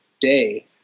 day